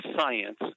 science